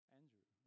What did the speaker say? andrew